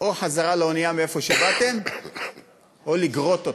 או חזרה לאונייה מאיפה שבאו או לגרוט אותן.